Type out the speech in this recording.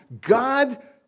God